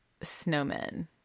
snowmen